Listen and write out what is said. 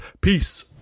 peace